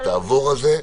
תעבור על זה.